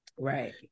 right